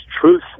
truth